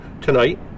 tonight